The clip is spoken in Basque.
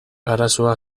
arazoa